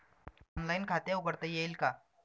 Online खाते उघडता येईल का?